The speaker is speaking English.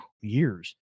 years